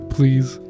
Please